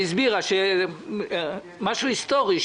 היא הסבירה משהו היסטורי,